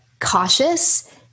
cautious